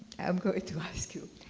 i'm going to ask you,